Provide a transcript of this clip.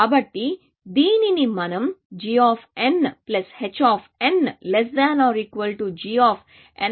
కాబట్టి దీనిని మనం g h gnl 1 hnl1 అని వ్రాయవచ్చు